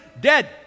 dead